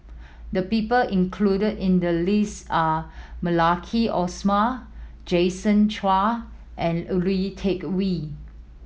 the people included in the list are Maliki Osman Jason Chan and Lui Tuck Yew